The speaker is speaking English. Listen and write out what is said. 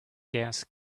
gas